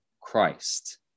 Christ